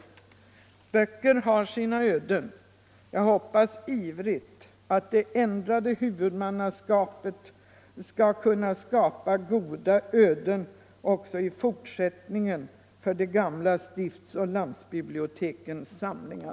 ”Böcker har sina öden.” Jag hoppas ivrigt att det ändrade huvudmannaskapet också i fortsättningen skall kunna skapa goda öden för de gamla stiftsoch landsbibliotekens samlingar.